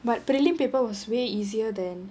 but prelim paper was way easier than